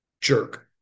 jerk